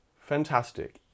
Fantastic